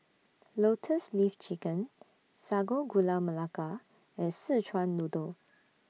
Lotus Leaf Chicken Sago Gula Melaka and Szechuan Noodle